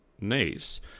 niece